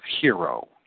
hero